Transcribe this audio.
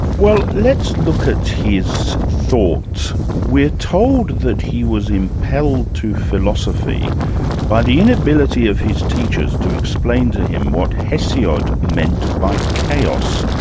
well let's look at his thoughts. we're told that he was impelled to philosophy by the inability of his teachers to explain to him what hesiod meant by chaos.